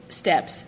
steps